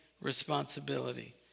responsibility